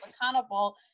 accountable